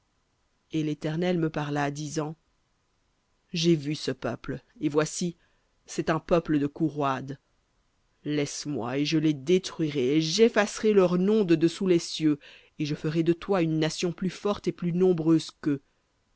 et l'éternel me parla disant j'ai vu ce peuple et voici c'est un peuple de cou roide laisse-moi et je les détruirai et j'effacerai leur nom de dessous les cieux et je ferai de toi une nation plus forte et plus nombreuse qu'eux